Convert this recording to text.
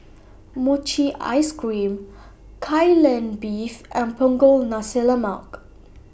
Mochi Ice Cream Kai Lan Beef and Punggol Nasi Lemak